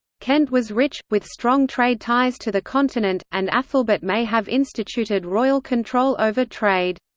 kent was rich, with strong trade ties to the continent, and aethelberht may have instituted royal control over trade.